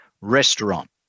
restaurant